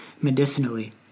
medicinally